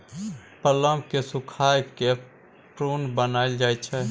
plum केँ सुखाए कए प्रुन बनाएल जाइ छै